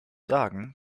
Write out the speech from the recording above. sagen